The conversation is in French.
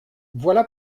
voilà